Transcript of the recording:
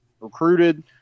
recruited